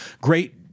great